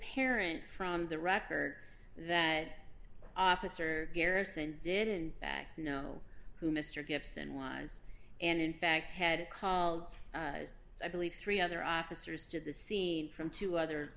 parent from the record that officer garrison did in fact know who mr gibson was and in fact had called i believe three other officers to the scene from two other